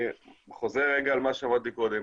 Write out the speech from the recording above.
חוזר על מה שאמרתי קודם.